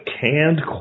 Canned